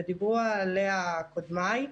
ודיברו עליה קודמיי,